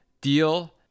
deal